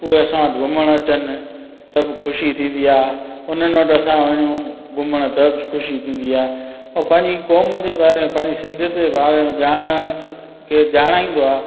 उहे असां वटि घुमणु अचनि त बि ख़ुशी थींदी आहे उन्हनि वटि असां वञूं घुमण त बि ख़ुशी थींदी आहे ऐं पंहिंजी क़ौम जे बारे में पंहिंजी सिंधियत जे बारे में ॼाणणु केरु ॼाणाईंदो आहे